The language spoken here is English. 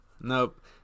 Nope